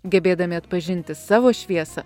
gebėdami atpažinti savo šviesą